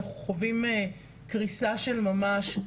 אנחנו חווים קריסה של ממש בפן הזה.